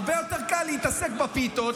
הרבה יותר קל להתעסק בפיתות,